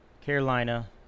Carolina